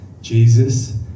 Jesus